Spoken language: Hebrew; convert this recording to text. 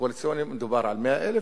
דובר על 100,000,